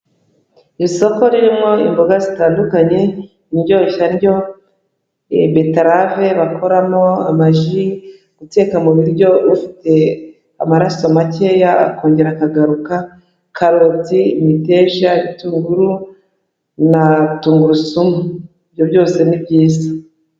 Isoko ririmo imboga zitandukanye, indyoshyandyo, beterave bakoramo amaji, guteka mu buryo ufite amaraso makeya akongera akagaruka, karoti, imiteja, ibituru na tungurusumu, ibyo byose ni byiza.